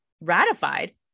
ratified